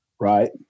right